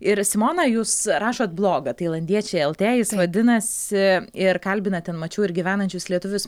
ir simona jūs rašot blogą tailandiečiai lt jis vadinasi ir kalbinat ten mačiau ir gyvenančius lietuvius